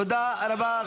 תודה רבה.